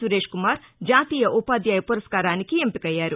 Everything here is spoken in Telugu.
సురేష్ కుమార్ జాతీయ ఉపాధ్యాయ పురస్కారానికి ఎంపికయ్యారు